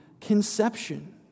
conception